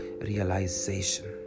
realization